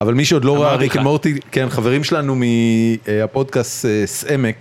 אבל מי שעוד לא ראה ריקי מורטי, כן, חברים שלנו מהפודקאסט סאמק.